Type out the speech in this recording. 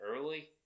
early